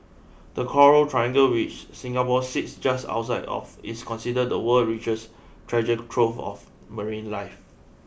the coral triangle which Singapore sits just outside of is considered the world's richest treasure trove of marine life